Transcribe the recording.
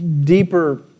deeper